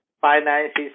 finances